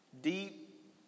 Deep